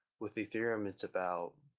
with ethereum it's about,